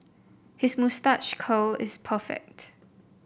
his moustache curl is perfect